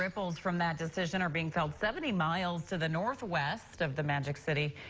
ripples from that decision are being felt seventy miles to the northwest of the magic city.